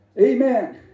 Amen